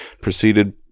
proceeded